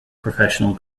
professional